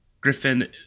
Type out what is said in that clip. Griffin